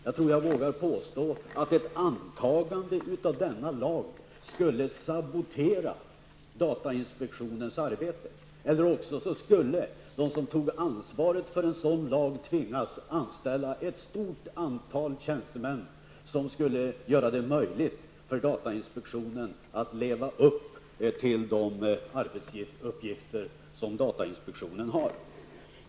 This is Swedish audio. Jag tror att jag vågar påstå att ett antagande av denna lag skulle sabotera datainspektionens arbete, eller också skulle de som tar ansvaret för en sådan lag tvingas anställa ett stort antal tjänstemän som skulle göra det möjligt för datainspektionen att klara av de arbetsuppgifter som man har.